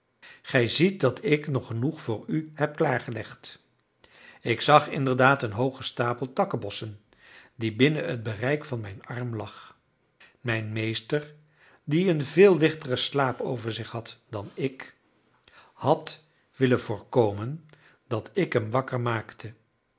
gij ziet dat ik nog genoeg voor u heb klaargelegd ik zag inderdaad een hoogen stapel takkenbossen die binnen het bereik van mijn arm lag mijn meester die een veel lichteren slaap over zich had dan ik had willen voorkomen dat ik hem wakker maakte